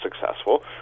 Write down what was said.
successful